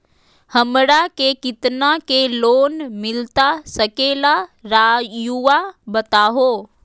हमरा के कितना के लोन मिलता सके ला रायुआ बताहो?